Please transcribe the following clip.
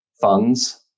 funds